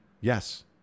Yes